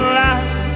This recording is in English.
life